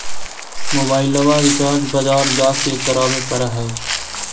मोबाइलवा रिचार्ज बजार जा के करावे पर है?